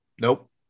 Nope